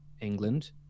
England